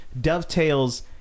dovetails